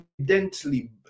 evidently